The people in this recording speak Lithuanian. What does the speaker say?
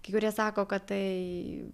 kai kurie sako kad tai